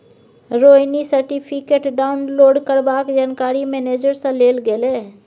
Rohini certificate download करबाक जानकारी manager सँ लेल गेलै